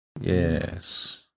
Yes